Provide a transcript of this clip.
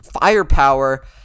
firepower